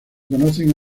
conocen